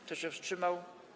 Kto się wstrzymał?